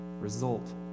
result